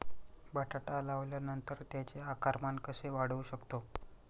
बटाटा लावल्यानंतर त्याचे आकारमान कसे वाढवू शकतो?